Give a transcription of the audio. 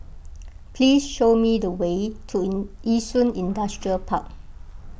please show me the way to Yishun Industrial Park